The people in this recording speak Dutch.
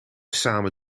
samen